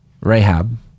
Rahab